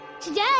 Today